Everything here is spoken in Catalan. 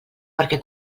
perquè